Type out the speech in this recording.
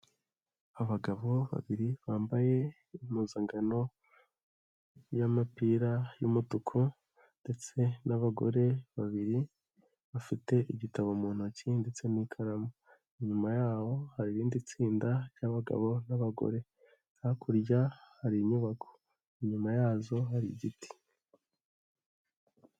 Abagabo babiri bambaye impuzankano y'imipira y'umutuku ndetse n'abagore babiri bafite igitabo mu ntoki ndetse n'ikaramu. Inyuma yaho hari irindi tsinda ry'abagabo n'abagore hakurya hari inyubako inyuma yazo hari igiti.